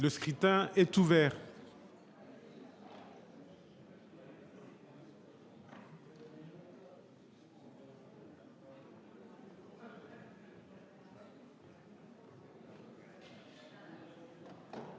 Le scrutin est ouvert.